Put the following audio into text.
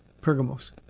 Pergamos